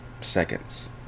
seconds